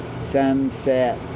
sunset